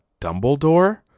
Dumbledore